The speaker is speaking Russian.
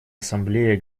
ассамблея